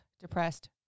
depressed